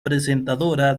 presentadora